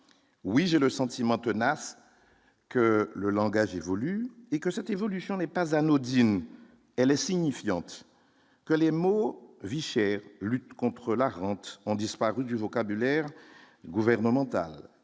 oui, j'ai le sentiment tenace que le langage évolue et que cette évolution n'est pas anodine, elle est insignifiante, que les mots, vie chère, lutte contre l'Argentine, ont disparu du vocabulaire gouvernemental